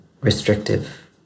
restrictive